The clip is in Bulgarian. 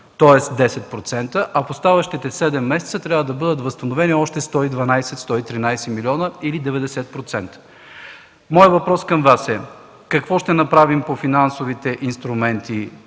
тоест 10%, а в оставащите седем месеца трябва да бъдат възстановени още 112-113 милиона или 90%. Моят въпрос към Вас е: какво ще направим по финансовите инструменти,